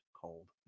cold